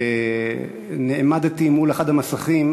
נעמדתי מול אחד המסכים